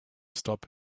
stop